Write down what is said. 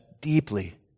deeply